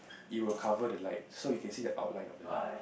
it will cover the light so you can see the outline of the